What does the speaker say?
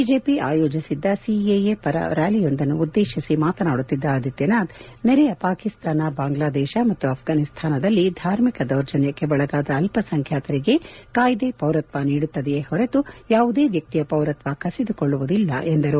BJP ಆಯೋಜಿಸಿದ್ದ CAA ಪರ ರ್ಕಾಲಿಯೊಂದನ್ನು ಉದ್ದೇತಿಸಿ ಮಾತನಾಡುತ್ತಿದ್ದ ಆದಿತ್ದನಾಥ್ ನೆರೆಯ ಪಾಕಿಸ್ತಾನ ಬಾಂಗ್ಲಾದೇಶ ಮತ್ತು ಆಫ್ಗಾನಿಸ್ತಾನದಲ್ಲಿ ಧಾರ್ಮಿಕ ದೌರ್ಜನ್ಜಕ್ಕೆ ಒಳಗಾದ ಅಲ್ಪಸಂಖ್ಯಾತರಿಗೆ ಕಾಯ್ದೆ ಪೌರತ್ವ ನೀಡುತ್ತದೆಯೇ ಹೊರತು ಯಾವುದೇ ವ್ಯಕ್ತಿಯ ಪೌರತ್ವ ಕಸಿದುಕೊಳ್ಳುವುದಿಲ್ಲ ಎಂದರು